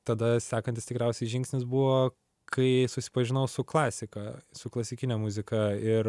tada sakantis tikriausiai žingsnis buvo kai susipažinau su klasika su klasikine muzika ir